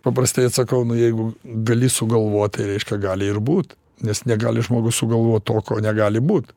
paprastai atsakau nu jeigu gali sugalvot tai reiškia gali ir būt nes negali žmogus sugalvot to ko negali būt